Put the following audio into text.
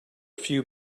few